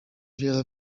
wiele